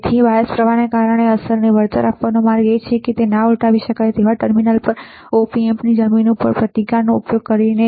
તેથી બાયસ પ્રવાહને કારણે અસરને વળતર આપવાનો માર્ગ એ છે કે તેમના ના ઉલટાવી શકાય ટર્મિનલ પર op amp ની જમીન પર પ્રતિકારનો ઉપયોગ કરીને